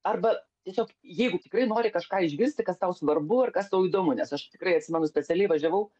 arba tiesiog jeigu tikrai nori kažką išgirsti kas tau svarbu ar kas tau įdomu nes aš tikrai atsimenu specialiai važiavau